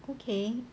okay